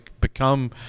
become